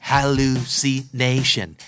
Hallucination